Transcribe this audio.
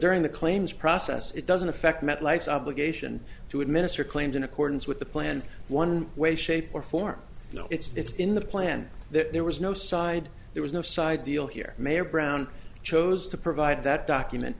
during the claims process it doesn't affect met likes obligation to administer claims in accordance with the plan one way shape or form know it's in the plan that there was no side there was no side deal here mayor brown chose to provide that document